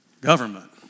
Government